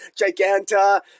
Giganta